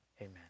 Amen